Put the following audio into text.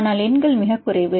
ஆனால் எண்கள் மிகக் குறைவு